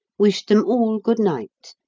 wished them all good night,